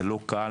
זה לא קל,